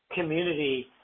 community